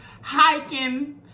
hiking